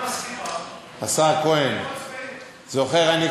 השר זוכר אני,